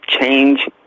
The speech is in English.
change